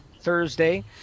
Thursday